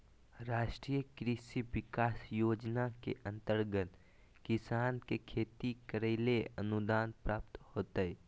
राष्ट्रीय कृषि विकास योजना के अंतर्गत किसान के खेती करैले अनुदान प्राप्त होतय